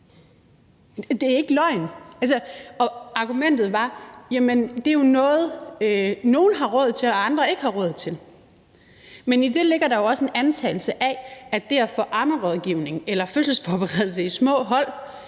Det er ikke løgn, og argumentet var, at det jo er noget, som nogle har råd til, og som andre ikke har råd til. Men i det ligger der jo også en antagelse af, at det at få ammerådgivning eller fødselsforberedelse i små hold